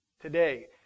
today